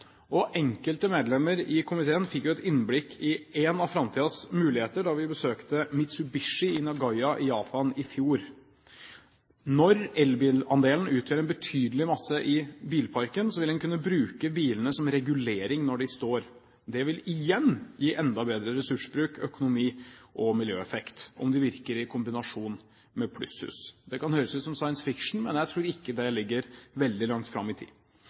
videre. Enkelte medlemmer i komiteen fikk et innblikk i en av framtidens muligheter da vi besøkte Mitsubishi i Nagoya i Japan i fjor. Når elbilandelen utgjør en betydelig masse i bilparken, vil man kunne bruke bilene som regulering når de står. Det vil igjen gi enda bedre ressursbruk, økonomi og miljøeffekt, om de virker i kombinasjon med plusshus. Det kan høres ut som science fiction, men jeg tror ikke det ligger veldig langt fram i tid.